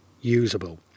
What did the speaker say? usable